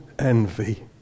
envy